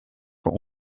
voor